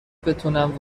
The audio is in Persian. بتونم